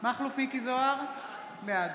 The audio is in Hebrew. מכלוף מיקי זוהר, בעד